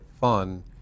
fun